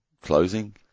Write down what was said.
closing